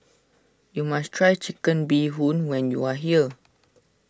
you must try Chicken Bee Hoon when you are here